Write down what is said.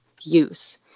use